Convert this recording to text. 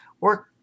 work